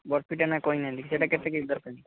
ବର୍ଫିଟା ନା କହିନାହାନ୍ତି ସେଇଟା କେତେ କେ ଜି ଦରକାର